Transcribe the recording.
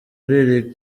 muri